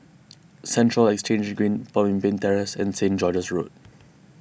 Central Exchange Green Pemimpin Terrace and Saint George's Road